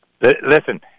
Listen